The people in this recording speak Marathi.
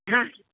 हां